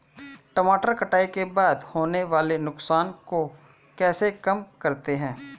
टमाटर कटाई के बाद होने वाले नुकसान को कैसे कम करते हैं?